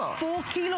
four kg, you know